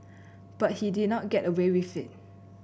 but he did not get away with it